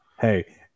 Hey